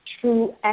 true